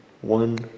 One